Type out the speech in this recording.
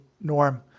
Norm